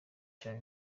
cyane